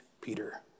Peter